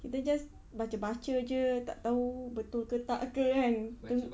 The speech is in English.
kita just baca-baca jer tak tahu betul ke tak ke kan